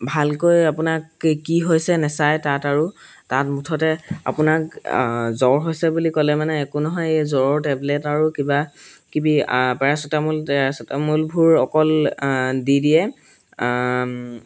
ভালকৈ আপোনাক কি কি হৈছে নাচায় তাত আৰু তাত মুঠতে আপোনাক জ্বৰ হৈছে বুলি ক'লে মানে একো নহয় এই জ্বৰৰ টেবলেট আৰু কিবা কিবি পেৰাচোতামূল তেৰাচোতামূলবোৰ অকল দি দিয়ে